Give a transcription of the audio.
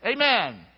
Amen